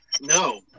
No